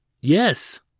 Yes